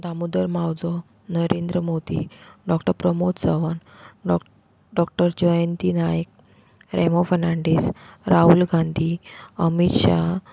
Damodar Mauzo Narendra Modi doctor Pramod Sawant डोक् doctor Jayanti Naik Remo Fernandes Rahul Gandhi Amit Shaha